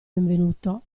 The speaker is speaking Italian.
benvenuto